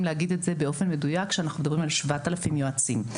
להגיד את זה באופן מדויק שאנחנו מדברים על 7,000 יועצים.